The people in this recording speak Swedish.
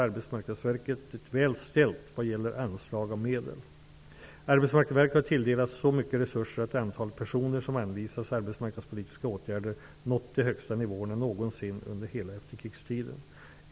Arbetsmarknadsverket det väl ställt vad gäller anslag av medel. Arbetsmarknadsverket har tilldelats så mycket resurser att antalet personer som anvisas arbetsmarknadspolitiska åtgärder nått de högsta nivåerna någonsin under hela efterkrigstiden.